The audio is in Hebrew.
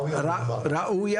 ראויה